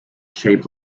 shaped